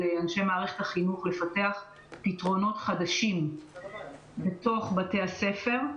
אנשי מערכת החינוך לפתח פתרונות חדשנים בתוך בבתי הספר.